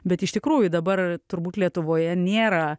bet iš tikrųjų dabar turbūt lietuvoje nėra